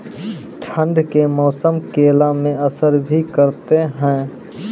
ठंड के मौसम केला मैं असर भी करते हैं?